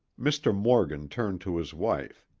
mr. morgan turned to his wife.